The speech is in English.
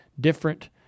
different